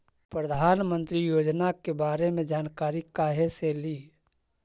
प्रधानमंत्री योजना के बारे मे जानकारी काहे से ली?